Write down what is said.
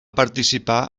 participar